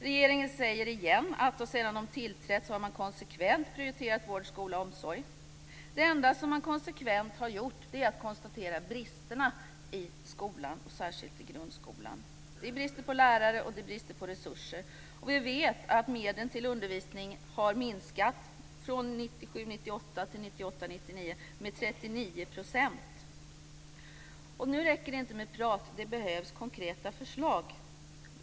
Regeringen säger återigen att man sedan man tillträtt konsekvent prioriterat vård, skola och omsorg. Det enda som man konsekvent har gjort är att konstatera bristerna i skolan, och särskilt i grundskolan. Det är brist på lärare, och det är brist på resurser. Vi vet också att medlen till undervisning har minskat från 1997 99 med 39 %. Nu räcker det inte med prat. Det behövs konkreta förslag.